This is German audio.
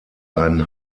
ein